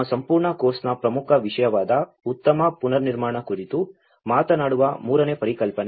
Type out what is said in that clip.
ನಮ್ಮ ಸಂಪೂರ್ಣ ಕೋರ್ಸ್ನ ಪ್ರಮುಖ ವಿಷಯವಾದ ಉತ್ತಮ ಪುನರ್ನಿರ್ಮಾಣ ಕುರಿತು ಮಾತನಾಡುವ ಮೂರನೇ ಪರಿಕಲ್ಪನೆ